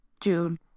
June